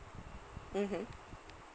mmhmm